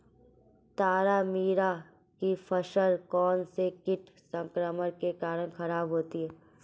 तारामीरा की फसल कौनसे कीट संक्रमण के कारण खराब होती है?